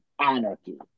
anarchy